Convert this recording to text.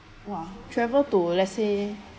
!wah! travel to let's say